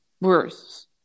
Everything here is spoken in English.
worse